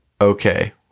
okay